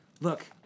look